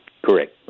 Correct